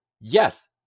yes